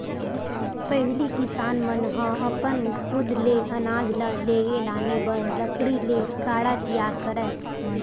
पहिली किसान मन ह अपन खुद ले अनाज ल लेगे लाने बर लकड़ी ले गाड़ा तियार करय